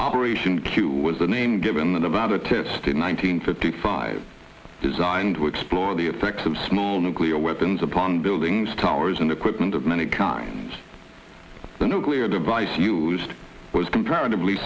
operation cue was the name given that about a test in one nine hundred fifty five designed to explore the effects of small nuclear weapons upon buildings towers and equipment of many kinds the nuclear device used was comparatively